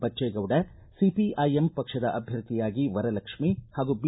Ballegowda CPIM ಪಕ್ಷದ ಅಭ್ಯರ್ಥಿಯಾಗಿ ವರಲಕ್ಷ್ಮಿ ಹಾಗೂ ಬಿ